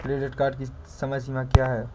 Credit card की समय सीमा क्या है?